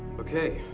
okay.